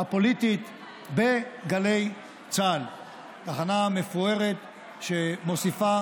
הפוליטית בגלי צה"ל, תחנה מפוארת שמוסיפה